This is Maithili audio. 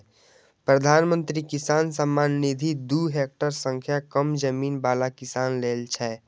प्रधानमंत्री किसान सम्मान निधि दू हेक्टेयर सं कम जमीन बला किसान लेल छै